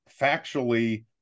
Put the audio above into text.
factually